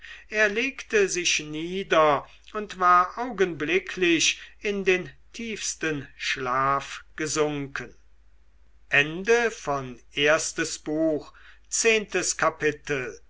er legte sich nieder und war augenblicklich in den tiefsten schlaf gesunken